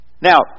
Now